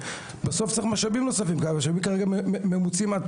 ואני יודע שיש דברים שמתפתחים גם בנושא של אולמות